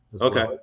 Okay